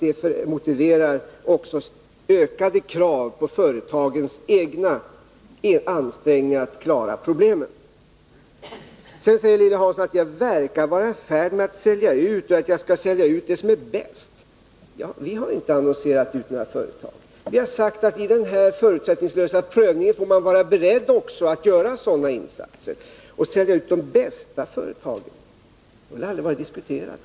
Detta motiverar också ökade krav på företagens egna ansträngningar att klara problemen. Sedan säger Lilly Hansson att jag verkar vara i färd med att sälja ut företag och att jag skall sälja ut dem som är bäst. Vi har inte annonserat ut några företag. Vi har sagt att man i den här förutsättningslösa prövningen får vara beredd att göra också sådana insatser. Vi har aldrig diskuterat att sälja ut de bästa företagen.